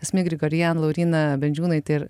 asmi grigorian lauryna bendžiūnaitė ir